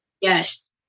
Yes